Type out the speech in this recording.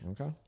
Okay